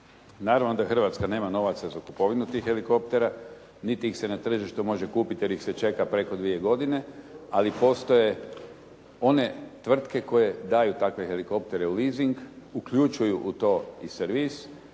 Naravno da Hrvatska nema novaca za kupovinu tih helikoptera, niti ih se na tržištu može kupiti, jer ih se čeka preko 2 godine, ali postoje one tvrtke koje daju takve helikoptere u lizing, uključuju u to i servis.